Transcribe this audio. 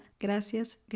Gracias